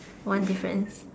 one difference